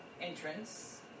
entrance